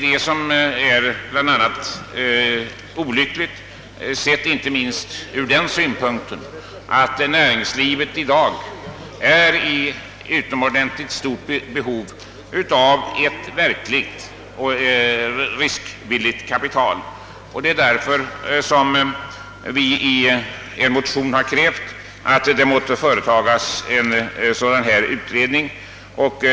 Detta är olyckligt inte minst ur den synpunkten att näringslivet i dag är i utomordentligt stort behov av riskvilligt kapital, och det är därför vi i motion krävt en sådan utredning.